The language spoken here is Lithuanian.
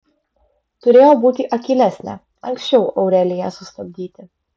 turėjo būti akylesnė anksčiau aureliją sustabdyti